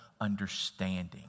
understanding